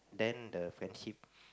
then the friendship